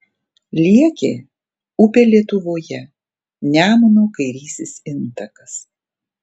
liekė upė lietuvoje nemuno kairysis intakas